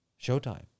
showtime